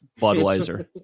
Budweiser